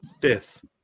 fifth